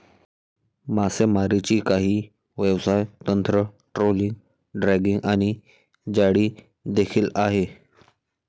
मासेमारीची काही व्यवसाय तंत्र, ट्रोलिंग, ड्रॅगिंग आणि जाळी देखील आहे